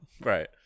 Right